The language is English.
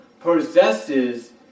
possesses